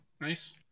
Nice